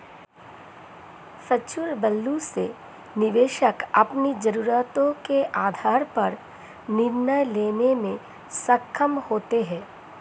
future value से निवेशक अपनी जरूरतों के आधार पर निर्णय लेने में सक्षम होते हैं